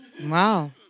Wow